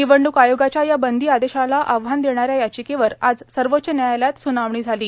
निवडणूक आयोगाच्या या बंदी आदेशाला आव्हान देणाऱ्या याचिकेवर आज सर्वोच्च न्यायालयात सुनावणी झाली